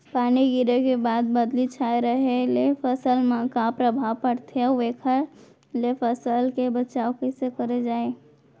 पानी गिरे के बाद बदली छाये रहे ले फसल मा का प्रभाव पड़थे अऊ एखर ले फसल के बचाव कइसे करे जाये?